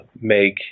make